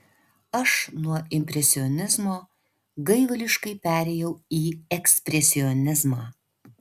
aš nuo impresionizmo gaivališkai perėjau į ekspresionizmą